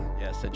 Yes